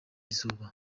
izuba